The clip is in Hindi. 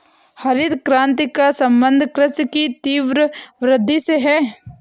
हरित क्रान्ति का सम्बन्ध कृषि की तीव्र वृद्धि से है